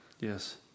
Yes